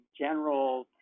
general